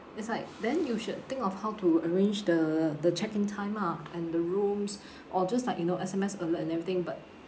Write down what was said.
it's like then you should think of how to arrange the the check in time ah and the rooms or just like you know S_M_S alert and everything but